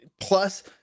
plus